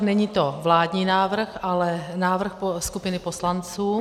Není to vládní návrh, ale návrh skupiny poslanců.